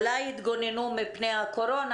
אולי הן התגוננו מפני הקורונה,